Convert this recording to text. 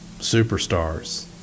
superstars